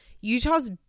Utah's